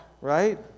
right